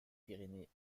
pyrénées